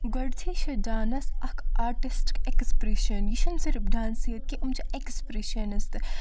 گۄڈنیٚتھٕے چھِ ڈانٕس اکھ آٹسٹِک ایٚکسپریشن یہِ چھُ نہٕ صِرف ڈانسٕے یوت کیٚنہہ یِم چھِ ایٚکسپریشنٕز تہِ